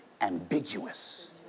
ambiguous